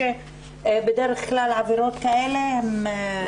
שבדרך כלל העבירות כאלה הן --- חד-משמעית.